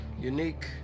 unique